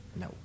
No